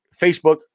Facebook